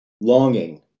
longing